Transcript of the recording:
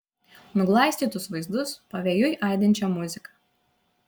nuglaistytus vaizdus pavėjui aidinčią muziką